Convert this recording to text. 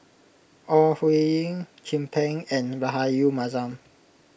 Ore Huiying Chin Peng and Rahayu Mahzam